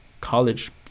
college